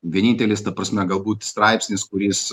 vienintelis ta prasme galbūt straipsnis kuris